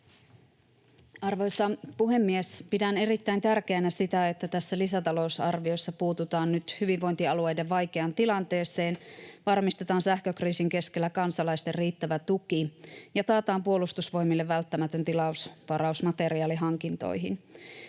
Arvoisa puhemies! Pidän erittäin tärkeänä sitä, että tässä lisätalousarviossa puututaan nyt hyvinvointialueiden vaikeaan tilanteeseen, varmistetaan sähkökriisin keskellä kansalaisten riittävä tuki ja taataan Puolustusvoimille välttämätön tilausvaraus materiaalihankintoihin.